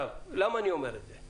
למה אני אומר את זה?